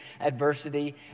adversity